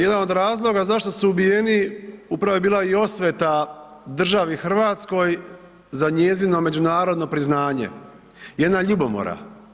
Jedan od razloga zašto su ubijeni upravo je bila i osveta državi Hrvatskoj za njezino međunarodno priznanje, jedna ljubomora.